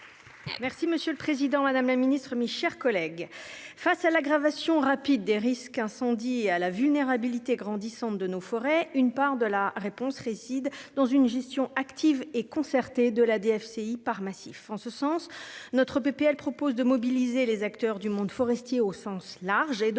Monsieur le président, madame la ministre, mes chers collègues, face à l'aggravation rapide du risque incendie et à la vulnérabilité grandissante des forêts, une part de la réponse réside dans une gestion active et concertée de la DFCI par massif. À cet effet, nous proposons de mobiliser les acteurs du monde forestier au sens large